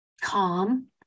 calm